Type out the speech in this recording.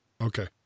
Okay